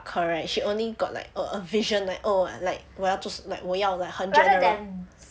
correct she only got like oh a vision like oh like 我要做什么我要很 general